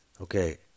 Okay